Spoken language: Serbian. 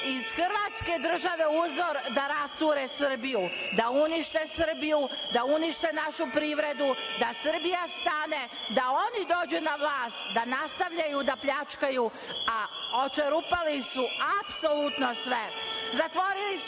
iz hrvatske države uzor da rasture Srbije, da unište Srbiju, da unište našu privredu, da Srbija stane, da oni dođu na vlast, da nastavljaju da pljačkaju, a očerupali su apsolutno sve,